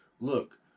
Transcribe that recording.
Look